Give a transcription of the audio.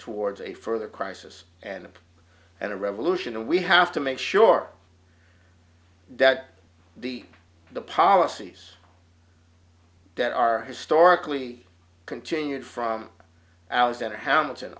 towards a further crisis and and a revolution and we have to make sure that the policies that are historically continued from alexander hamilton